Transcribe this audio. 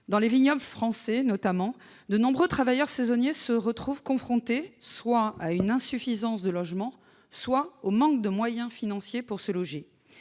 Dans les vignobles français notamment, de nombreux travailleurs saisonniers se retrouvent confrontés soit à une insuffisance de logements, soit au manque de moyens financiers pour se loger.